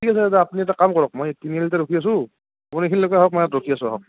ঠিক আছে দাদা আপুনি এটা কাম কৰক মই তিনিআলিতে ৰখি আছোঁ মোৰ এইখিনিলৈকে আহক মই ইয়াত ৰখি আছোঁ আহক